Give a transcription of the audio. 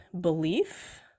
belief